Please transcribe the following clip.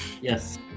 Yes